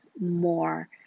more